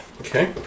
Okay